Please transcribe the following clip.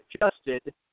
adjusted